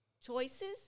choices